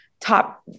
top